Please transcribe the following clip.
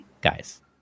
guys